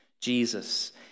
Jesus